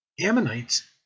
Ammonites